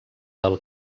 del